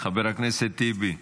חבר הכנסת טיבי,